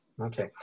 Okay